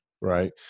right